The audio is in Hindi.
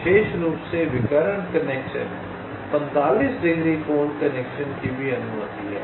विशेष रूप से विकर्ण कनेक्शन 45 डिग्री कोण कनेक्शन की भी अनुमति है